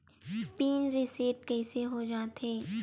Pin reset कइसे हो जाथे?